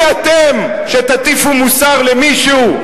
מי אתם שתטיפו מוסר למישהו?